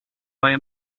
via